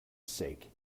sake